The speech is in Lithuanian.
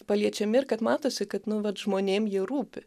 paliečiami ir kad matosi kad nu vat žmonėm jie rūpi